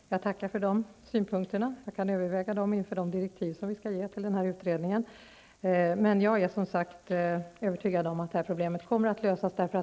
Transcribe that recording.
Fru talman! Jag tackar för de synpunkterna. Jag kan överväga dem inför de direktiv som vi skall ge till utredningen. Jag är övertygad om att detta problem kommer att lösas.